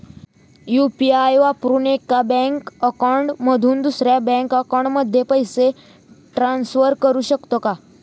UPI वापरून एका bank account मधून दुसऱ्या बँक अकाउंटमध्ये पैसे ट्रान्सफर करू शकतो का?